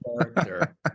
character